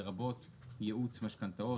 לרבות ייעוץ משכנתאות,